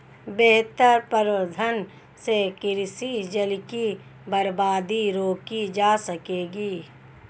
बेहतर प्रबंधन से कृषि जल की बर्बादी रोकी जा सकेगी